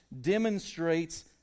demonstrates